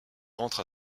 rentre